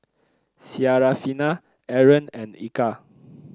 Syarafina Aaron and Eka